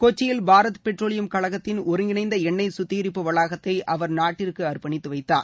கொச்சியில் பாராத் பெட்ரோலியம் கழகத்தின் ஒருங்கிணைந்த எண்ணெய் கத்திகரிப்பு வளாகத்தை அவர் நாட்டிற்கு அர்பணித்து வைத்தார்